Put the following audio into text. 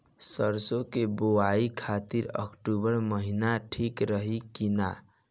सरसों की बुवाई खाती अक्टूबर महीना ठीक रही की ना?